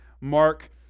Mark